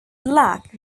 black